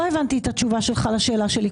לא הבנתי את התשובה שלך לשאלה שלי.